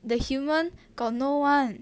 the human got no one